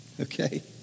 Okay